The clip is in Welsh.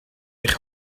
eich